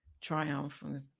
triumphant